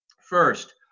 first